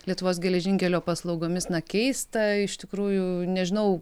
lietuvos geležinkelių paslaugomis na keista iš tikrųjų nežinau